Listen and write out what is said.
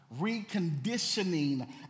Reconditioning